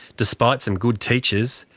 despite some good teachers,